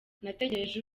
nategereje